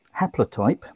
haplotype